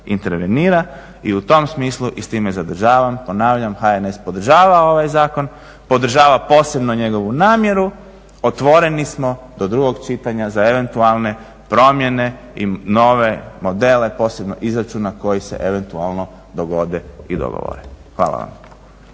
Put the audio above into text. intervenira. I u tom smislu i s time zadržavam ponavljam HNS podržava ovaj zakona, podržava posebno njegovu namjeru, otvoreni smo do drugog čitanja za eventualne promjene i nove modele posebno izračuna koji se eventualno dogode i dogovore. Hvala vam.